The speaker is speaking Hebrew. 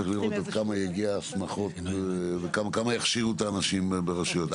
צריך לראות עד כמה הגיעו בהסמכות וכמה הכשירו את האנשים ברשויות.